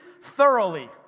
thoroughly